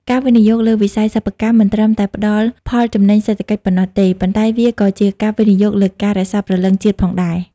ការវិនិយោគលើវិស័យសិប្បកម្ម មិនត្រឹមតែផ្ដល់ផលចំណេញសេដ្ឋកិច្ចប៉ុណ្ណោះទេ ប៉ុន្តែវាក៏ជាការវិនិយោគលើការរក្សាព្រលឹងជាតិផងដែរ។